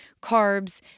carbs